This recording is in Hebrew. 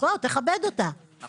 תכבד אותה אנחנו